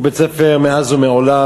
הוא בית-ספר שמאז ומעולם